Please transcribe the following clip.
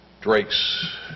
Drake's